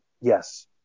yes